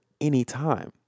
anytime